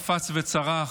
קפץ וצרח,